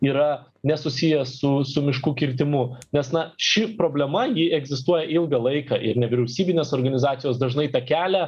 yra nesusijęs su su miškų kirtimu nes na ši problema ji egzistuoja ilgą laiką ir nevyriausybinės organizacijos dažnai tą kelia